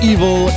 Evil